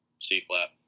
C-flap